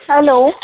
hello